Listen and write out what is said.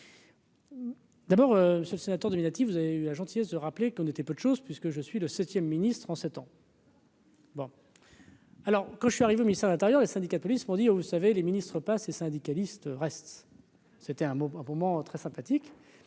D'abord, ce sénateur Dominati, vous avez eu la gentillesse de rappeler qu'on était peu de chose puisque je suis le 7ème ministre en 7 ans. Bon, alors quand je suis arrivée au ministre, l'intérieur, les syndicats de police m'ont dit : vous savez, les ministres pas ces syndicalistes reste. C'était un mot vraiment très sympathique,